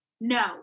No